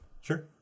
sure